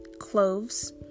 cloves